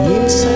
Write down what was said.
Yes